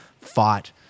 fought